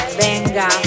Venga